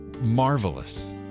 marvelous